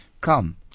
come